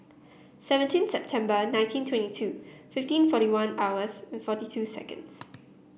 seventeen September nineteen twenty two fifteen forty one hours forty two seconds